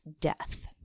death